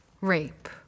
rape